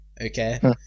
Okay